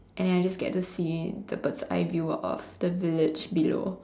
and then I will just get to see the bird's eye view of the village below